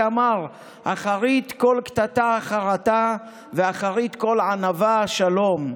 שאמר: "אחרית כל קטטה חרטה ואחרית כל ענווה שלום".